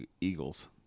eagles